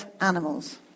animals